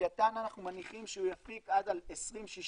לווייתן אנחנו מניחים שהוא יפיק עד 2064,